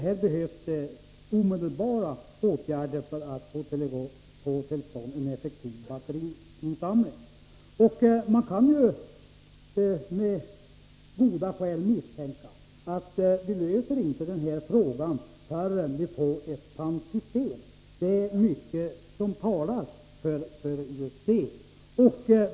Här behövs det omedelbara åtgärder för att få till stånd en effektiv batteriinsamling. Man kan av goda skäl misstänka att vi inte löser det här problemet förrän vi får ett pantsystem. Det är mycket som talar för just det.